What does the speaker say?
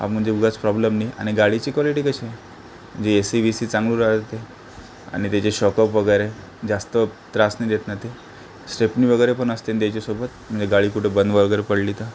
म्हणजे उगाच प्रॉब्लेम नाही आणि गाडीची क्वालिटी कशी आहे म्हणजे ए सी बी सी चांगलं राहते आणि त्याचे शॉकब वगैरे जास्त त्रास नाही देत ना ते स्टेपनी वगैरे पण असते ना त्याच्यासोबत म्हणजे गाडी कुठं बंद वगैरे पडली तर